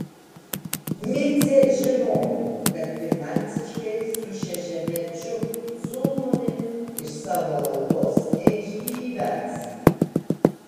micė žinojo kad finansiškai su šešiamečiu sūnumi iš savo algos neišgyvens